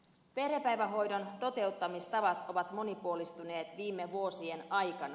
perhepäivähoidon toteuttamistavat ovat monipuolistuneet viime vuosien aikana